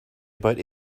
about